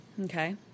okay